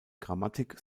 grammatik